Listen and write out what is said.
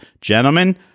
Gentlemen